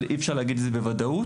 אבל אי-אפשר להגיד את זה בוודאות.